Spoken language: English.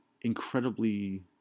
incredibly